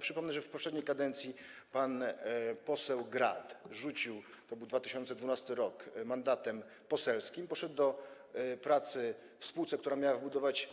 Przypomnę, że w poprzedniej kadencji pan poseł Grad rzucił - to był 2012 r. - mandatem poselskim, poszedł do pracy w spółce, która miała wybudować